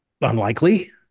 Unlikely